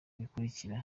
bikurikira